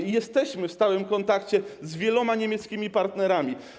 I jesteśmy w stałym kontakcie z wieloma niemieckimi partnerami.